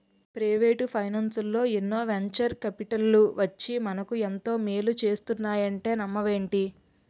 Private ఫైనాన్సల్లో ఎన్నో venture కాపిటల్లు వచ్చి మనకు ఎంతో మేలు చేస్తున్నాయంటే నమ్మవేంటి?